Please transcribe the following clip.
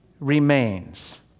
remains